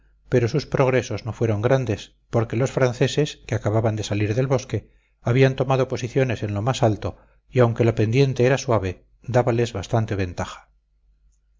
pero sus progresos no fueron grandes porque los franceses que acababan de salir del bosque habían tomado posiciones en lo más alto y aunque la pendiente era suave dábales bastante ventaja